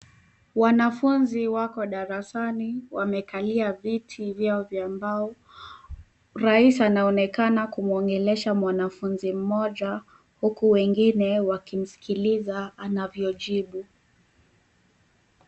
Wanafunzi wako darasani, wamekalia viti vyao vya mbao. Raisi anaonekana kumuongelesha mwanafunzi mmoja, huku wengine wakimskiliza anavyo jibu.